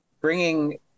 bringing